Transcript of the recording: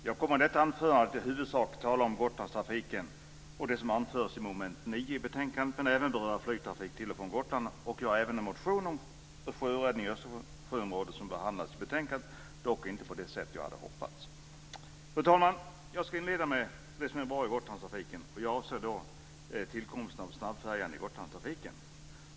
Fru talman! Jag kommer i detta anförande att i huvudsak tala om Gotlandstrafiken och det som anförs i mom. 9 i betänkandet, men jag kommer även att beröra flygtrafiken till och från Gotland. Jag har även en motion om sjöräddning i Östersjöområdet som behandlas i betänkandet, dock inte på det sätt som jag hade hoppats på. Fru talman! Jag ska inleda med det som är bra i Gotlandstrafiken, och jag avser då tillkomsten av snabbfärjan.